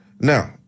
Now